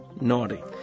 naughty